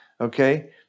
okay